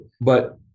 but-